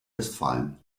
westfalen